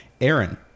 Aaron